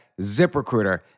ZipRecruiter